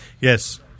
Yes